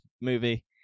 movie